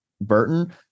Burton